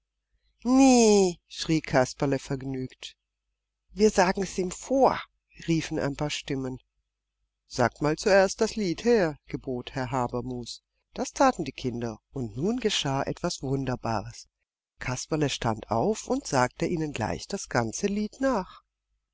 schrie kasperle vergnügt wir sagen's ihm vor riefen ein paar stimmen sagt mal zuerst das lied her gebot herr habermus das taten die kinder und nun geschah etwas wunderbares kasperle stand auf und sagte ihnen gleich das ganze lied nach